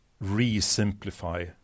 re-simplify